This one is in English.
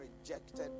rejected